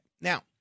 Now